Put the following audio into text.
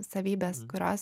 savybes kurios